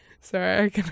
Sorry